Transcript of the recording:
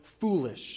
foolish